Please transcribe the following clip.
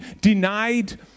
denied